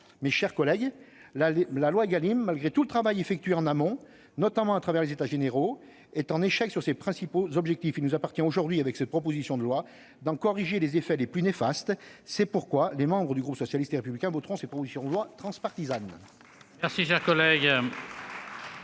Mes chers collègues, la loi Égalim, malgré tout le travail effectué en amont, notamment au travers des États généraux, est en échec sur ses principaux objectifs. Il nous appartient aujourd'hui, à travers cette proposition de loi, d'en corriger les effets les plus néfastes. Les membres du groupe socialiste et républicain voteront cette proposition de loi transpartisane.